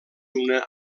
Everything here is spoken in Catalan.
una